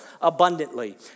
abundantly